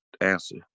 answer